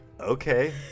okay